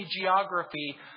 geography